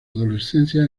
adolescencia